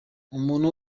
umuntu